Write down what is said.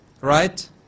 right